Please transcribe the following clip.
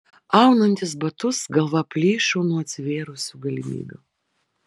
aunantis batus galva plyšo nuo atsivėrusių galimybių